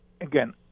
again